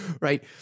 Right